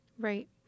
Right